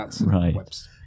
right